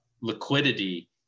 liquidity